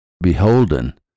Beholden